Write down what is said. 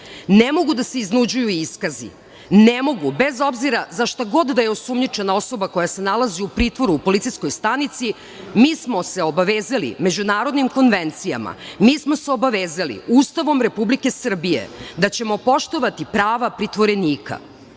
Ne mogu da se iznuđuju iskazi. Ne mogu, bez obzira za šta god da je osumnjičena osoba koja se nalazi u pritvoru u policijskoj stanici. Mi smo se obavezali međunarodnim konvencijama, mi smo se obavezali Ustavom Republike Srbije da ćemo poštovati prava pritvorenika